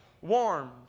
warmed